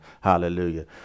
hallelujah